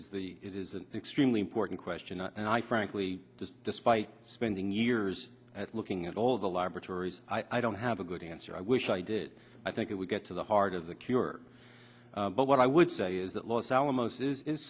is the it is an extremely important question and i frankly despite spending years at looking at all of the laboratories i don't have a good answer i wish i did i think it would get to the heart of the cure but what i would say is that los alamos is